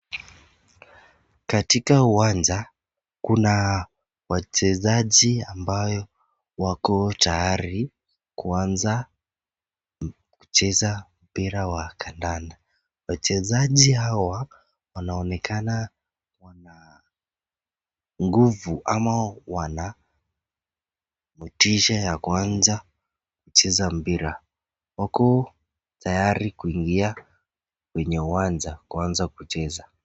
Katika uwanja, kuna wachezaji ambayo wako tayari kuanza kucheza mpira wa kadanda, wachezaji hawa wanaonekana wana nguvu ama wanadhibitisha ya kuanza kucheza mpira, wako tayari kuingia kwenye uwanja kuanza kucheza.